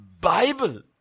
Bible